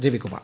Ravikumar